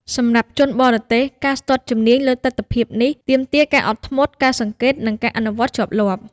សម្រាប់ជនបរទេស ការស្ទាត់ជំនាញលើទិដ្ឋភាពនេះ ទាមទារការអត់ធ្មត់ ការសង្កេត និងការអនុវត្តជាប់លាប់។